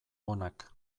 onak